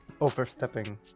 overstepping